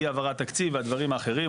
אי העברת תקציב והדברים האחרים.